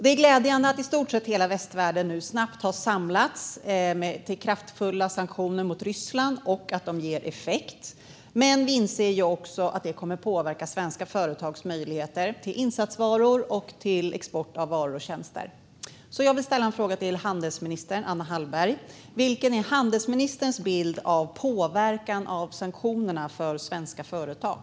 Det är glädjande att i stort sett hela västvärlden snabbt har samlats bakom kraftfulla sanktioner mot Ryssland och att de ger effekt. Men vi inser också att det kommer att påverka svenska företags möjligheter i fråga om insatsvaror och export av varor och tjänster. Jag vill ställa en fråga till handelsminister Anna Hallberg. Vilken är handelsministerns bild av påverkan av sanktionerna på svenska företag?